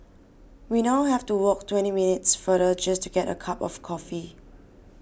we now have to walk twenty minutes farther just to get a cup of coffee